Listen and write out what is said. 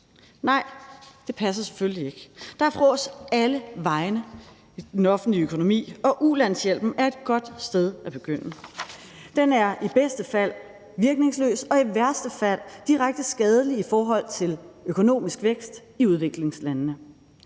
Nej, det passer selvfølgelig ikke. Der er frås alle vegne i den offentlige økonomi, og ulandshjælpen er et godt sted at begynde. Den er i bedste fald virkningsløs og i værste fald direkte skadelig i forhold til økonomisk vækst i udviklingslandene.